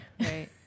right